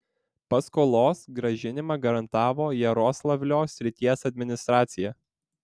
paskolos grąžinimą garantavo jaroslavlio srities administracija